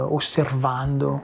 osservando